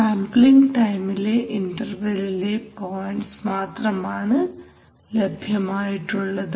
sampling ടൈമിലെ ഇൻറർവെല്ലിലെ points മാത്രമാണ് ലഭ്യമായിട്ടുള്ളത്